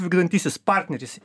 vykdantysis partneris